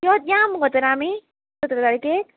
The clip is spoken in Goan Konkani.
यो या मुगो तर आमी सतरा तारकेक